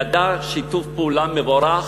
ידע שיתוף פעולה מבורך,